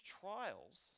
trials